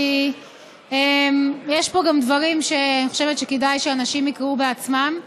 כי יש פה גם דברים שאני חושבת שכדאי שאנשים יקראו בעצמם.